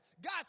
God